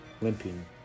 limping